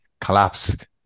collapsed